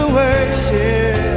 worship